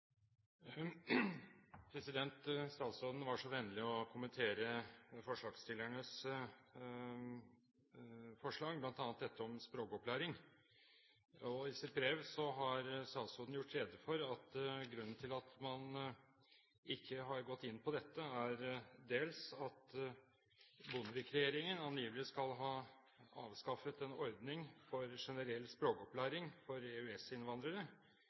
Statsråden var så vennlig å kommentere forslagsstillernes forslag, bl.a. dette om språkopplæring. I sitt brev har statsråden gjort rede for at grunnen til at man ikke har gått inn på dette, er dels at Bondevik-regjeringen angivelig skal ha avskaffet en ordning for generell språkopplæring for